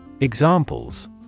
Examples